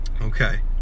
okay